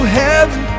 heaven